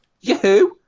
Yahoo